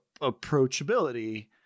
approachability